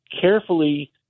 carefully